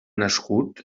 nascut